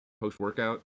post-workout